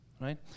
right